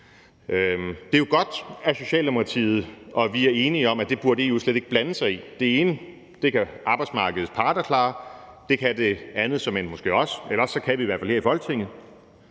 Det er jo godt, at Socialdemokratiet og vi er enige om, at det burde EU slet ikke blande sig i. Det ene kan arbejdsmarkedets parter klare. Det kan de såmænd måske også med det andet, eller også kan vi i hvert fald klare det her i Folketinget.